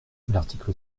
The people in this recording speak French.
l’article